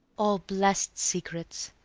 all bless'd secrets,